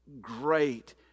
great